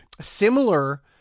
Similar